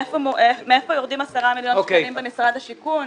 מאיפה יורדים 10 מיליון במשרד השיכון?